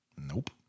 Nope